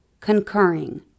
concurring